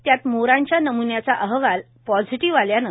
त्यात मोरांच्या नमून्याचा अहवाल हा पॉझिटिव्ह आल्याने